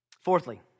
Fourthly